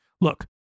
Look